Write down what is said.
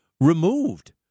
removed